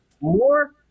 More